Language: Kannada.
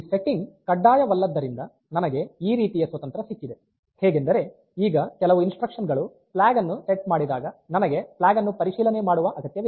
ಈ ಸೆಟ್ಟಿಂಗ್ ಕಡ್ಡಾಯವಲ್ಲದ್ದರಿಂದ ನನಗೆ ಈ ರೀತಿಯ ಸ್ವತಂತ್ರ ಸಿಕ್ಕಿದೆ ಹೇಗೆಂದರೆ ಈಗ ಕೆಲವು ಇನ್ಸ್ಟ್ರಕ್ಷನ್ ಗಳು ಫ್ಲಾಗ್ ಅನ್ನು ಸೆಟ್ ಮಾಡಿದಾಗ ನನಗೆ ಫ್ಲಾಗ್ ಅನ್ನು ಪರಿಶೀಲನೆ ಮಾಡುವ ಅಗತ್ಯವಿಲ್ಲ